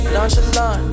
Nonchalant